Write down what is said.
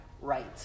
right